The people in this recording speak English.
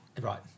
Right